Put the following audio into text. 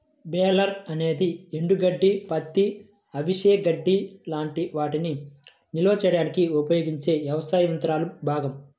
baler అనేది ఎండుగడ్డి, పత్తి, అవిసె గడ్డి లాంటి వాటిని నిల్వ చేయడానికి ఉపయోగించే వ్యవసాయ యంత్రాల భాగం